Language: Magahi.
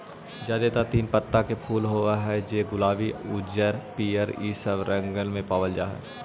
जादेतर तीन पत्ता के फूल होब हई जे गुलाबी उज्जर पीअर ईसब रंगबन में पाबल जा हई